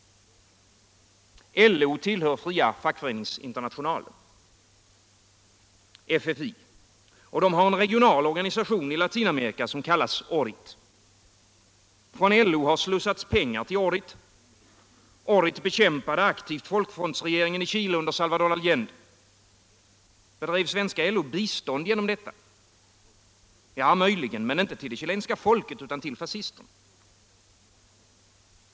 LO tillhör Fria fackföreningsinternationalen. FFI. som har en regional organisation i Latinamerika, vilken kallas ORIT. Från LO har slussats pengar till ORIT: ORIT bekämpade aktivt folkfronts Internationellt utvecklingssamar regimen i Chile under Salvador Allende. Bedrev svenska LO bistånd genom detta? Ja, möjligen, men inte ull det chilenska folket utan till fascisterna.